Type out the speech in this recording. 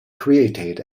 created